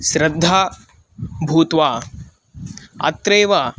श्रद्धा भूत्वा अत्रैव